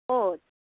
ক'ত